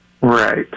Right